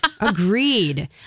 Agreed